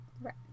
Right